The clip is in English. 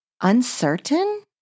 Uncertain